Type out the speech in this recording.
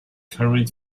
current